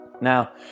Now